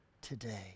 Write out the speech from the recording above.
today